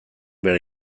behar